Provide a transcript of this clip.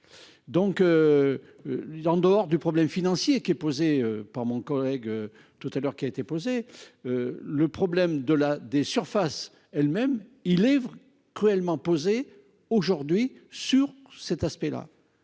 Donc. En dehors du problème financier qui est posée par mon collègue tout à l'heure qui a été posé. Le problème de la, des surfaces elles-mêmes il vrai cruellement posée aujourd'hui sur cet aspect-là.